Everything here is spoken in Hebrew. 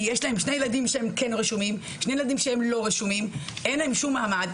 יש להם שני ילדים שכן רשומים ושניים שלא רשומים ואין להם מעמד.